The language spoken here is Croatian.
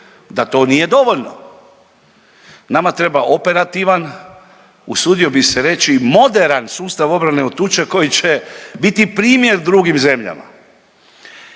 da to nije dovoljno. Nama treba operativan, usudio bi se reći, moderan sustav obrane od tuče koji će biti primjer drugim zemljama.